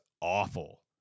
awful